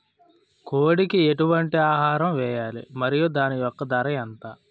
కోడి కి ఎటువంటి ఆహారం వేయాలి? మరియు దాని యెక్క ధర ఎంత?